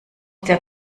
der